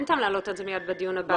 אין טעם להעלות את זה מיד בדיון הבא.